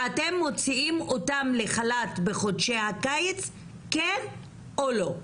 - אתם מוציאים אותן לחל"ת בחודשי הקיץ כן או לא?